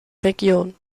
region